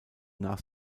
nach